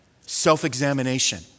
self-examination